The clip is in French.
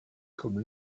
comme